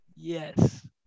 Yes